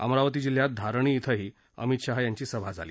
अमरावती जिल्ह्यात धारणी इथंही अमित शाह यांची सभा झाली